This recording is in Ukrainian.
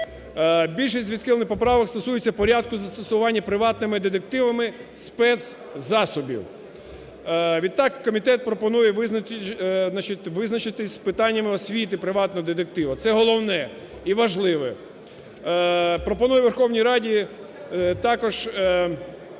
Більшість відхилених поправок стосується порядку застосування приватними детективами спецзасобів. Відтак комітет пропонує визначитись з питаннями освіти приватного детектива, це головне і важливе. Пропоную Верховній Раді також,